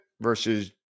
versus